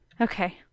Okay